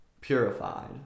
purified